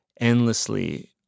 endlessly